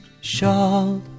Shop